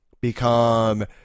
become